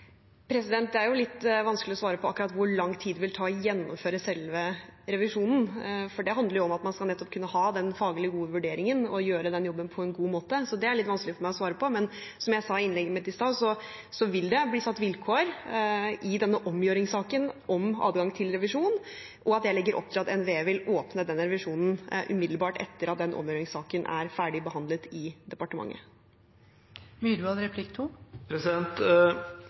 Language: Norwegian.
selve revisjonen. Det handler om at man nettopp skal kunne ha den faglig gode vurderingen og gjøre den jobben på en god måte, så det er litt vanskelig for meg å svare på. Men som jeg sa i innlegget mitt i stad, vil det bli satt vilkår i denne omgjøringssaken om adgang til revisjon. Jeg legger opp til at NVE vil åpne den revisjonen umiddelbart etter at den omgjøringssaken er ferdig behandlet i